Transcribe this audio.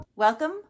Welcome